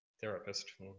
therapist